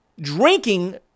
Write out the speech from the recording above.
drinking